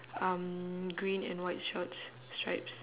um green and white shorts stripes